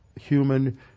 human